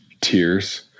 tears